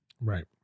Right